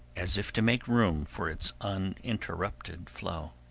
as if to make room for its uninterrupted flow.